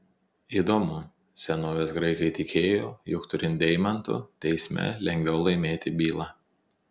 įdomu senovės graikai tikėjo jog turint deimantų teisme lengviau laimėti bylą